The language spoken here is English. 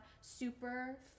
super